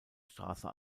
straße